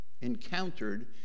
encountered